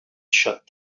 shut